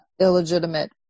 illegitimate